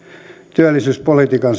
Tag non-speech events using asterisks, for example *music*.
työllisyyspolitiikan *unintelligible*